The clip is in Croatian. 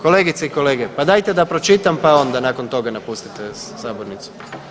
Kolegice i kolege pa dajte da pročitam, pa onda nakon toga napustite sabornicu.